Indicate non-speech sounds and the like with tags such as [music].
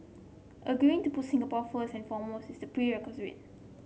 agreeing to put Singapore first and foremost is [unintelligible]